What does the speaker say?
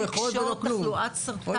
אבל קשה מאוד לקשור תחלואת סרטן.